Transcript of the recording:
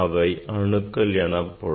அவை அணுக்கள் எனப்படும்